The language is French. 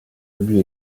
obus